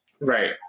Right